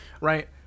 right